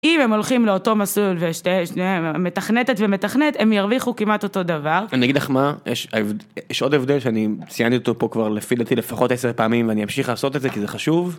אם הם הולכים לאותו מסלול ושניהם, מתכנתת ומתכנת הם ירוויחו כמעט אותו דבר. אני אגיד לך מה, יש עוד הבדל שאני ציינתי אותו פה כבר לפי דעתי לפחות 10 פעמים ואני אמשיך לעשות את זה כי זה חשוב.